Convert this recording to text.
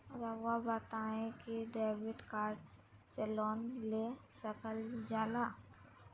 रहुआ बताइं कि डेबिट कार्ड से लोन ले सकल जाला?